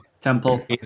temple